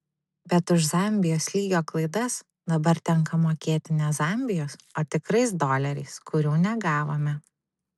bet už zambijos lygio klaidas dabar tenka mokėti ne zambijos o tikrais doleriais kurių negavome